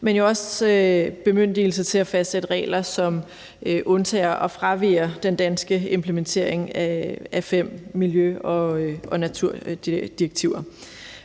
men jo også bemyndigelser til at fastsætte regler, som undtager og fraviger den danske implementering af fem miljø- og naturdirektiver.